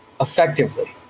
effectively